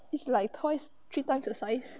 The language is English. it's like twice three times the size